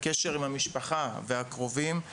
הקשר עם המשפחה והקרובים,